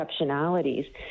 exceptionalities